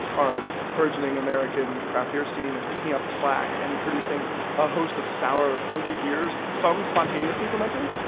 our burgeoning american craft beer scene is picking up the slack and producing a host of sour, funky beers, some spontaneously fermented,